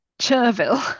chervil